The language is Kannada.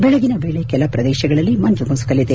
ಬೆಳಗಿನ ವೇಳೆ ಕೆಲವು ಪ್ರದೇಶಗಳಲ್ಲಿ ಮಂಜು ಮುಸುಕಲಿದೆ